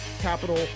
Capital